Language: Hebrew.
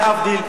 להבדיל,